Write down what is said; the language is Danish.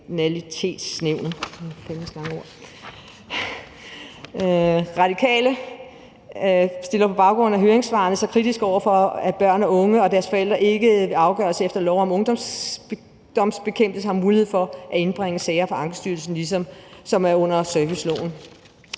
Radikale stiller sig på baggrund af høringssvarene kritiske over for, at børn, unge og deres forældre ikke ved alle afgørelser efter lov om ungdomskriminalitetsbekæmpelse har samme mulighed for at indbringe sagerne for Ankestyrelsen som under serviceloven,